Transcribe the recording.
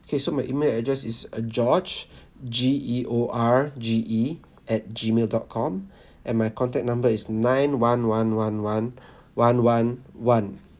okay so my email address is uh george G E O R G E at gmail dot com and my contact number is nine one one one one one one one